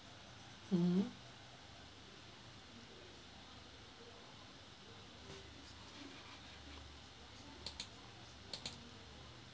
mmhmm